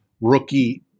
rookie